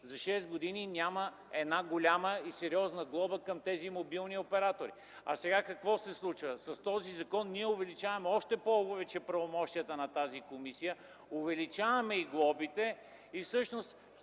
шест години няма една голяма и сериозна глоба към тези мобилни оператори. А сега какво се случва?! С този закон увеличаваме още повече правомощията на тази комисия, увеличаваме и глобите и всъщност